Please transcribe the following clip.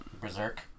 Berserk